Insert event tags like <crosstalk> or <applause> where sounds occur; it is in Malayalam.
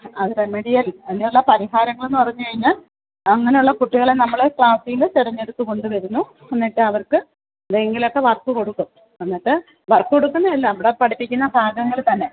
അത് തൻ <unintelligible> അതിനുള്ള പരിഹാരങ്ങളെന്ന് പറഞ്ഞ് കഴിഞ്ഞാൽ അങ്ങനുള്ള കുട്ടികളെ നമ്മൾ ക്ലാസീന്ന് തെരഞ്ഞെടുത്ത് കൊണ്ട് വരുന്നു എന്നിട്ട് അവർക്ക് എന്തെങ്കിലുമൊക്കെ വർക്ക് കൊടുക്കും എന്നിട്ട് വർക്ക് കൊടുക്കുന്നതല്ല അവിടെ പഠിപ്പിക്കുന്ന പാഠങ്ങൾ തന്നെ